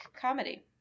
comedy